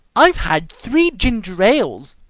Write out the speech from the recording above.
i've had three ginger ales,